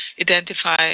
identify